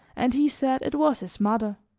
and he said it was his mother.